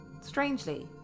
Strangely